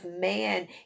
man